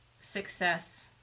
success